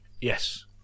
yes